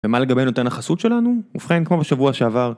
ומה לגבי נותן החסות שלנו ובכן כמו בשבוע שעבר.